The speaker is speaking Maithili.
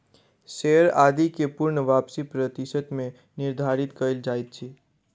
शेयर आदि के पूर्ण वापसी प्रतिशत मे निर्धारित कयल जाइत अछि